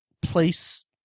place